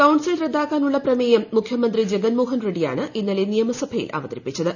council റദ്ദാക്കാനുള്ള പ്രമേയം മുഖ്യമന്ത്രി ജഗൻമോഹൻ റെഡ്ഡിയാണ് ഇന്നലെ നിയമസഭയിൽ അവതരിപ്പിച്ചത്